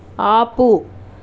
ఆపు